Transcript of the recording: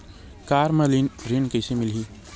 Car म ऋण कइसे मिलही?